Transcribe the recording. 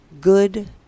good